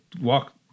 walk